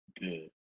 good